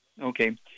Okay